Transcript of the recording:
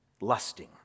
lusting